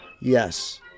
Yes